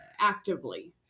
actively